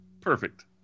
perfect